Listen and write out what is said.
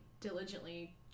diligently